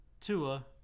Tua